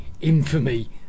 infamy